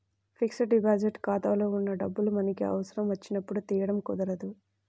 fixed deposit ఖాతాలో ఉన్న డబ్బులు మనకి అవసరం వచ్చినప్పుడు తీయడం కుదరదు